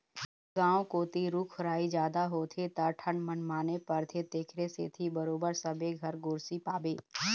गाँव कोती रूख राई जादा होथे त ठंड मनमाने परथे तेखरे सेती बरोबर सबे घर गोरसी पाबे